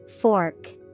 Fork